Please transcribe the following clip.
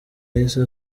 yahise